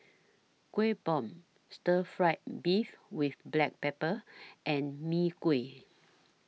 Kueh Bom Stir Fried Beef with Black Pepper and Mee Kuah